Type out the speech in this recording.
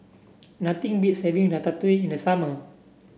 nothing beats having Ratatouille in the summer